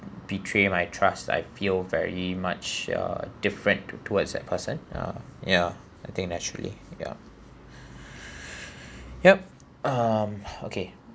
betray my trust I feel very much uh different to~ towards that person uh yeah I think naturally yup yup um okay